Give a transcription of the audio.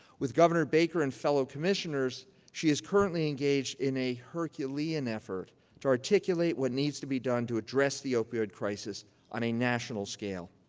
with governor baker and fellow commissioners, she is currently engaged in a herculean effort to articulate what needs to be done to address the opioid crisis on a national scale.